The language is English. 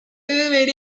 very